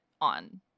on